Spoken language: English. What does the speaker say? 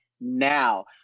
now